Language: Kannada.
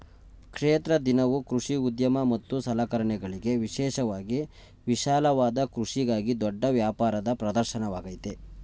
ಕ್ಷೇತ್ರ ದಿನವು ಕೃಷಿ ಉದ್ಯಮ ಮತ್ತು ಸಲಕರಣೆಗಳಿಗೆ ವಿಶೇಷವಾಗಿ ವಿಶಾಲವಾದ ಕೃಷಿಗಾಗಿ ದೊಡ್ಡ ವ್ಯಾಪಾರದ ಪ್ರದರ್ಶನವಾಗಯ್ತೆ